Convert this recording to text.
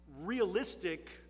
realistic